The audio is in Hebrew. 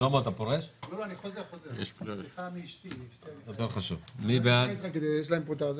אז אנחנו נצטרך להצביע על רוויזיות.